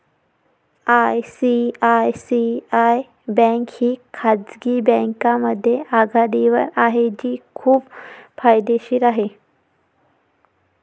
ICICI bank ही खाजगी बँकांमध्ये आघाडीवर आहे जी खूप फायदेशीर आहे